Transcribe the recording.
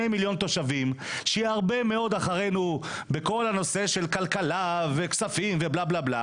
לא אחריות שלנו, עד כמה שאני יודע.